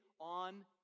on